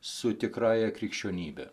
su tikrąja krikščionybe